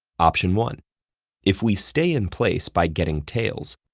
option one if we stay in place by getting tails,